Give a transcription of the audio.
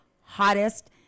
hottest